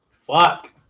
Fuck